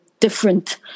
different